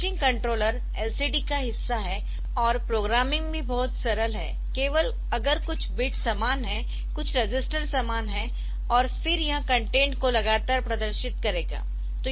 यह refreshing controller LCD का हिस्सा है और प्रोग्रामिंग भी बहुत सरल है केवल अगर कुछ बिट्स समान है कुछ रजिस्टर समान है और फिर यह कंटेंट को लगातार प्रदर्शित करेगा